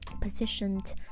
positioned